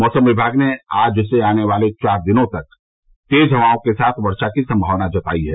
मौसम विभाग ने आज से आने वाले चार दिनों तक तेज हवाओं के साथ वर्षा की सम्मावना जतायी है